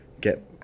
get